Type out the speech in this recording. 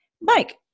Mike